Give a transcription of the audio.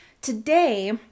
Today